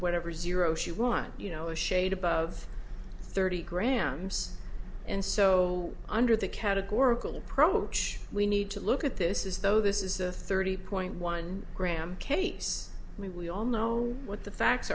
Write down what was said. whatever zero she won you know a shade above thirty grand and so under the categorical approach we need to look at this is though this is a thirty point one gram case and we all know what the facts